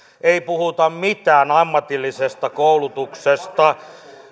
ei puhuta mitään ammatillisesta koulutuksesta